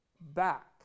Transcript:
back